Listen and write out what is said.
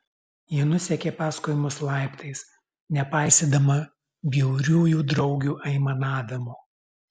ji nusekė paskui mus laiptais nepaisydama bjauriųjų draugių aimanavimo